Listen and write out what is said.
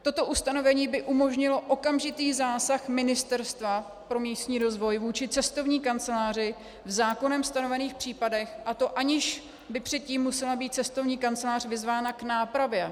Toto ustanovení by umožnilo okamžitý zásah Ministerstva pro místní rozvoj vůči cestovní kanceláři v zákonem stanovených případech, a to aniž by předtím musela být cestovní kancelář vyzvána k nápravě.